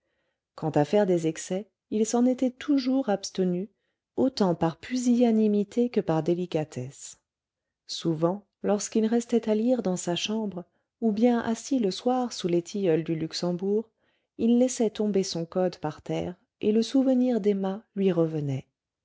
quant à faire des excès il s'en était toujours abstenu autant par pusillanimité que par délicatesse souvent lorsqu'il restait à lire dans sa chambre ou bien assis le soir sous les tilleuls du luxembourg il laissait tomber son code par terre et le souvenir d'emma lui revenait